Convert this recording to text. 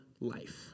life